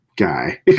guy